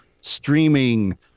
streaming